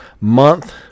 month